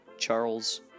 Charles